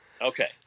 Okay